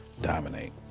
dominate